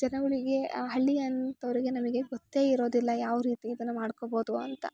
ಜನಗಳಿಗೆ ಹಳ್ಳಿಯಂತೊರಿಗೆ ನಮಗೆ ಗೊತ್ತೇ ಇರೋದಿಲ್ಲ ಯಾವ ರೀತಿ ಇದನ್ನ ಮಾಡ್ಕೋಬೋದು ಅಂತ